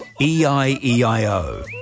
E-I-E-I-O